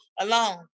alone